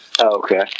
Okay